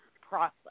process